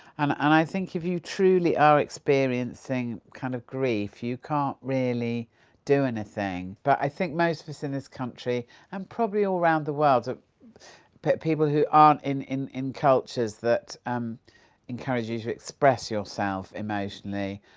and and i think if you truly are experiencing kind of grief you can't really do anything, but i think most of us in this country and probably all around the world, people who aren't in in in cultures that um encourage you to express yourself emotionally,